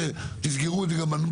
ואני רוצה שתסגרו את זה גם בניסוח.